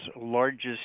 largest